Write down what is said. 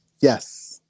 Yes